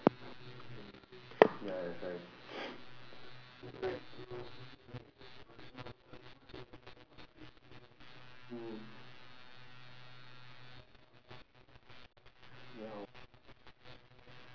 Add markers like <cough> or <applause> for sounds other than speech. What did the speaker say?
ya that's why <breath> mm ya